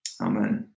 Amen